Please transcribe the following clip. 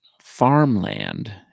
farmland